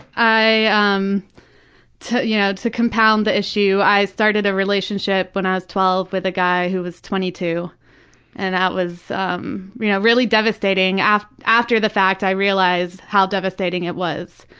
um to you know to compound the issue, i started a relationship when i was twelve with a guy who was twenty two and that was um you know really devastating. after after the fact i realized how devastating it was,